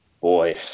boy